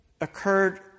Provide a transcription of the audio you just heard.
occurred